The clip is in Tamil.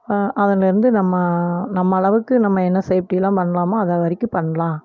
அதில் இருந்து நம்ம நம்ம அளவுக்கு நம்ம என்ன சேஃப்டியெலாம் பண்ணலாமோ அதை வரைக்கும் பண்ணலாம்